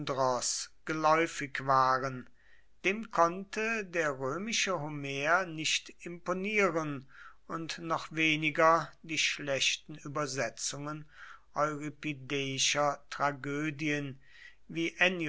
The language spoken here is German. geläufig waren dem konnte der römische homer nicht imponieren und noch weniger die schlechten übersetzungen euripideischer tragödien wie